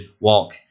walk